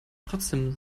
trotzdem